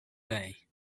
bay